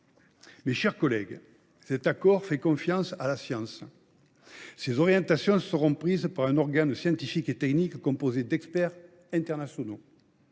Mes chers collègues, cet accord fait confiance à la science. Ses orientations seront prises par un organe scientifique et technique composé d’experts internationaux.